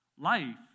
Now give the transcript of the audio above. Life